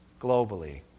globally